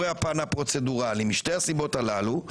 משתי הסיבות הללו,